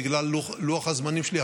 בגלל לוח הזמנים שלי,